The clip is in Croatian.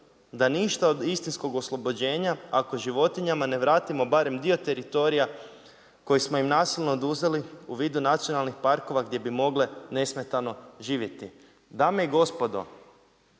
da ništa od istinskog oslobođenja, ako životinjama ne vratimo barem dio teritorija koji smo im nasilno oduzeli u vidu nacionalnih parkova, gdje bi mogle nesmetano živjeti. Dame i gospodo,